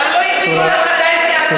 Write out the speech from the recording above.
לא הציגו לך עדיין את התקציב.